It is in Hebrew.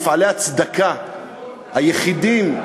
מפעלי הצדקה היחידים,